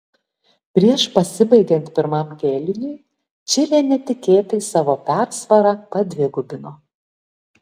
prieš pasibaigiant pirmam kėliniui čilė netikėtai savo persvarą padvigubino